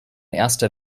erster